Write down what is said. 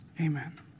Amen